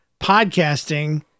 podcasting